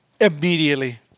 immediately